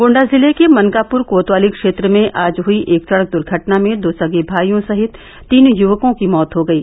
गोण्डा जिले के मनकापुर कोतवाली क्षेत्र में आज हुयी एक सड़क दुर्घटना में दो सगे भाइयों सहित तीन युवकों की मौत हो गयी